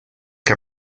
que